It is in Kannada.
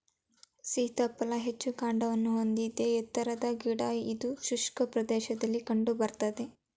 ಸೀತಾಫಲ ಹೆಚ್ಚು ಕಾಂಡವನ್ನು ಹೊಂದಿದ ಎತ್ತರದ ಗಿಡ ಇದು ಶುಷ್ಕ ಪ್ರದೇಶದಲ್ಲಿ ಕಂಡು ಬರ್ತದೆ